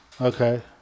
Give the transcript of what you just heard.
Okay